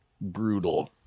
brutal